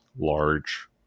large